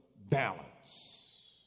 balance